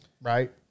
right